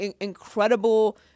incredible